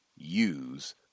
use